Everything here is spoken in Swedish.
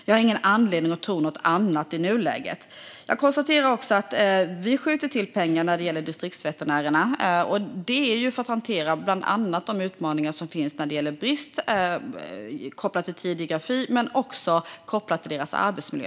Jag har ingen anledning att tro något annat i nuläget. Jag konstaterar också att vi skjuter till pengar när det gäller distriktsveterinärerna. Detta gör vi för att hantera de utmaningar som finns, bland annat när det gäller deras arbetsmiljö.